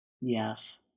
Yes